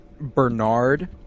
Bernard